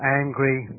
angry